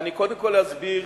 אני קודם כול אסביר